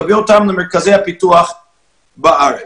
יביאו אותם למרכזי הפיתוח בארץ.